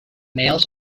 males